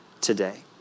today